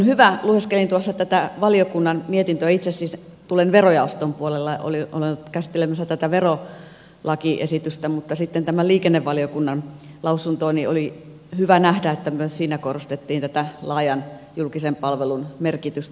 lueskelin tuossa tätä valiokunnan mietintöä itse siis tuolla verojaoston puolella olen ollut käsittelemässä tätä verolakiesitystä ja kun luin tätä liikenne ja viestintävaliokunnan lausuntoa niin oli hyvä nähdä että myös siinä korostettiin tätä laajan julkisen palvelun merkitystä